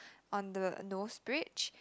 on the nose bridge